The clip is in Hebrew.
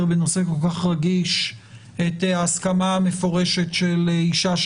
בנושא כל כך רגיש את ההסכמה המפורשת של אישה,